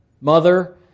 mother